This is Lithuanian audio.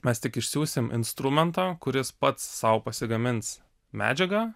mes tik išsiųsim instrumentą kuris pats sau pasigamins medžiagą